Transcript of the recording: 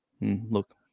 look